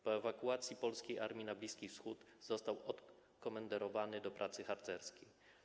Po ewakuacji polskiej armii na Bliski Wschód został odkomenderowany do pracy harcerskiej.